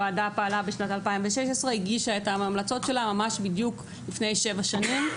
הוועדה פעלה בשנת 2016 והגישה את ההמלצות שלה בדיוק לפני שבע שנים,